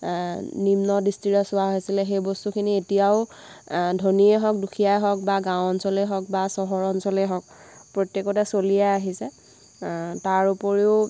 নিম্ন দৃষ্টিৰে চোৱা হৈছিলে সেই বস্তুখিনি এতিয়াও ধনীয়ে হওক দুখীয়াই হওক বা গাঁও অঞ্চলেই হওক বা চহৰ অঞ্চলেই হওক প্ৰত্যেকতে চলিয়ে আহিছে তাৰ উপৰিও